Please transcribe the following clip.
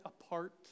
apart